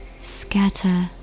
scatter